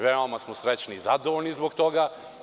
Veoma smo srećni i zadovoljni zbog toga.